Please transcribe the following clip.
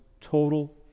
total